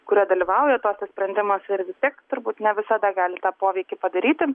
kurie dalyvauja tose sprendimuose ir vis tiek turbūt ne visada gali tą poveikį padaryti